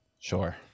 Sure